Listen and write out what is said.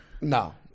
No